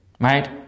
Right